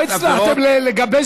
ניסן, זה היה לפני